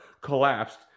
collapsed